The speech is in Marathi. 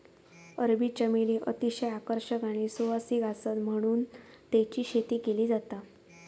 अरबी चमेली अतिशय आकर्षक आणि सुवासिक आसता म्हणून तेची शेती केली जाता